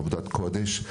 עבודת קודש.